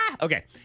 Okay